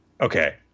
Okay